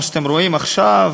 כמו שאתם רואים עכשיו,